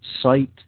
site